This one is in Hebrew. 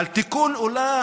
על תיקון עולם,